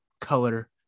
color